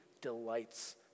delights